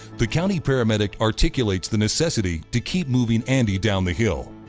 the county paramedic articulates the necessity to keep moving andy down the hill.